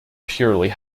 purely